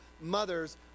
mother's